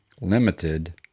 limited